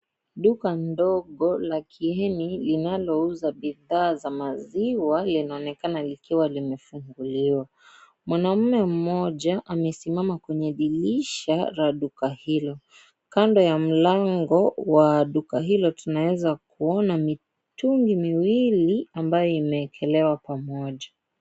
Duka ndogo la Kieni, linalouza bidhaa za maziwa yanaonekana likiwa limefunguliwa. AMwanaume mmoja amesimama kwenye dirisha ya mama huyo kando ya mlango ya duka hiyo niliona mitungi miwili ambayo imekeelewa kwa pamoja.